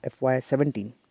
FY17